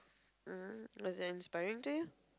was that inspiring to you